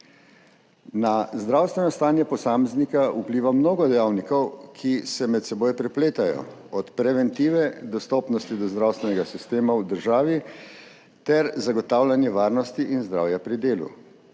Na zdravstveno stanje posameznika vpliva mnogo dejavnikov, ki se med seboj prepletajo, od preventive, dostopnosti do zdravstvenega sistema v državi ter zagotavljanje varnosti in zdravja pri delu.